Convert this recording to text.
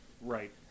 Right